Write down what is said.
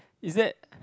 is that